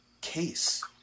case